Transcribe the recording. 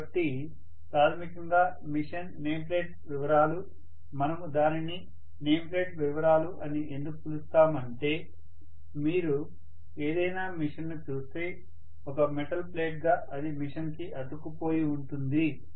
కాబట్టి ప్రాథమికంగా machine name plate వివరాలు మనము దానిని నేమ్ ప్లేట్ వివరాలు అని ఎందుకు పిలుస్తాం అంటే మీరు ఏదైనా మెషీన్ను చూస్తే ఒక మెటల్ ప్లేట్ గా అది మెషిన్ కి అతుక్కుపోయి ఉంటుంది